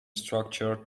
structure